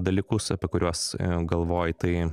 dalykus apie kuriuos galvoji tai